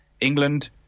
England